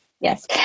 Yes